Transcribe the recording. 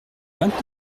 vingt